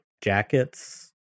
jackets